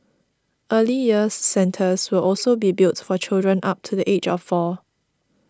Early Years Centres will also be built for children up to the age of four